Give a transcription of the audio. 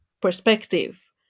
perspective